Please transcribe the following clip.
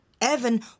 Evan